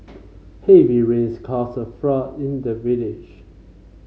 heavy rains caused a flood in the village